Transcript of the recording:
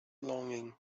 longing